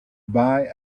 buy